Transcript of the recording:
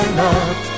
love